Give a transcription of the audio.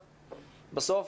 בסוף,